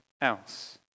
else